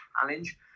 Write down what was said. challenge